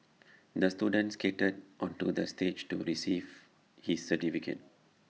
the students skated onto the stage to receive his certificate